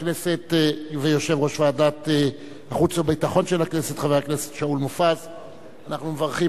רע"ם-תע"ל וחד"ש והצעת סיעות העבודה ומרצ,